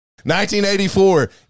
1984